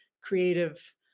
creative